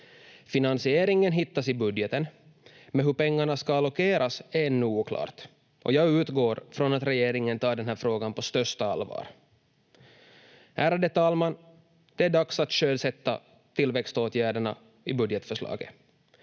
Finansieringen hittas i budgeten, men hur pengarna ska allokeras är ännu oklart, och jag utgår från att regeringen tar den här frågan på största allvar. Ärade talman! Det är dags att sjösätta tillväxtåtgärderna i budgetförslaget,